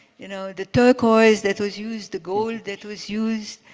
you know, the turquoise that was used, the gold that was used.